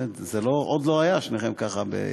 או, זה עוד לא היה, שניכם ככה ביחד,